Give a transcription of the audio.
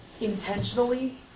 intentionally